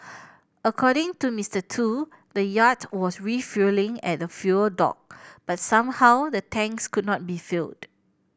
according to Mister Tu the yacht was refuelling at the fuel dock but somehow the tanks could not be filled